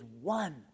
one